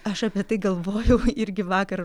aš apie tai galvojau irgi vakar